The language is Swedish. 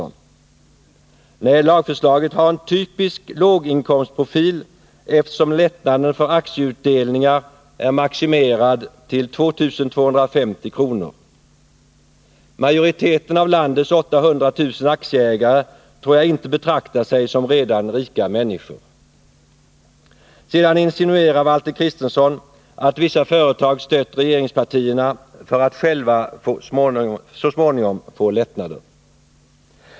Nej, lagförslaget har en typisk låginkomstprofil, eftersom lättnaden för aktieutdelningar är maximerad till 2 250 kr. Majoriteten av landets 800 000 aktieägare tror jag inte betraktar sig som redan rika människor. Vidare insinuerar Valter Kristenson att vissa företag stött regeringspartierna för att de själva så småningom skall få lättnader.